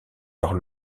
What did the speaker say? leur